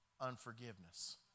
unforgiveness